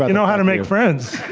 and know how to make friends.